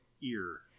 Ear